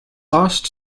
lost